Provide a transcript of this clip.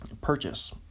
Purchase